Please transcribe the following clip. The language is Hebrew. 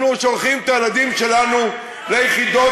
אנחנו שולחים את הילדים שלנו ליחידות